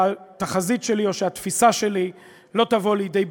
שהתחזית שלי או שהתפיסה שלי לא תבוא לידי ביטוי.